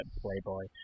Playboy